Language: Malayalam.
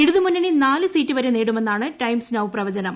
ഇടതുമുന്നണി നാല് സീറ്റ് വരെ നേടുമെന്നാണ് ടൈംസ് നൌ പ്രവചനം